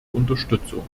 unterstützung